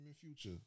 Future